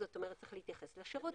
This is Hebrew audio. זאת אומרת, צריך להתייחס לשירות.